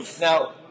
Now